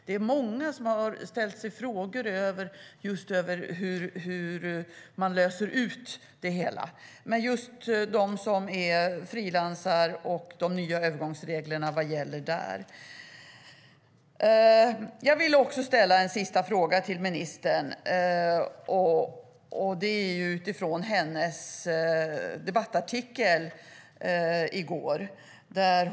Det är många som har ställt sig frågor om just hur man löser ut det hela. De nya övergångsreglerna - vad gäller där för dem som är frilansar? Jag vill också ställa en sista fråga till ministern. Det gör jag utifrån hennes debattartikel i går.